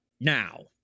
now